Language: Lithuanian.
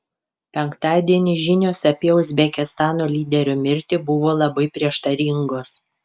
penktadienį žinios apie uzbekistano lyderio mirtį buvo labai prieštaringos